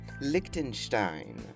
Liechtenstein